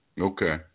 Okay